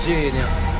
Genius